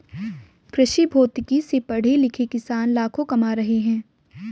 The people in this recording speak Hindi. कृषिभौतिकी से पढ़े लिखे किसान लाखों कमा रहे हैं